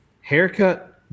haircut